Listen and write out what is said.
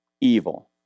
evil